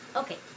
okay